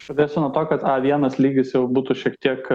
aš pradėsiu nuo to kad a vienas lygis jau būtų šiek tiek